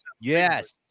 Yes